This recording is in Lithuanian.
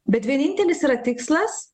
bet vienintelis yra tikslas